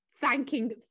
thanking